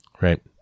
Right